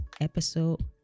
episode